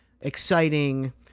exciting